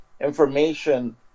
information